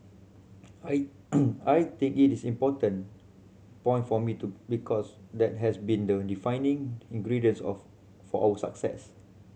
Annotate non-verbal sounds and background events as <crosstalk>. I <noise> I think it is important point for me to because that has been the defining ingredient of for our success